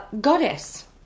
Goddess